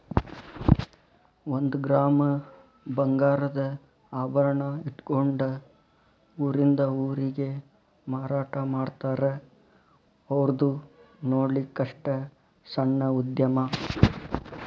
ಒಂದ ಗ್ರಾಮ್ ಬಂಗಾರದ ಆಭರಣಾ ಇಟ್ಕೊಂಡ ಊರಿಂದ ಊರಿಗೆ ಮಾರಾಟಾಮಾಡ್ತಾರ ಔರ್ದು ನೊಡ್ಲಿಕ್ಕಸ್ಟ ಸಣ್ಣ ಉದ್ಯಮಾ